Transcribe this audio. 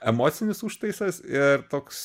emocinis užtaisas ir toks